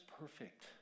perfect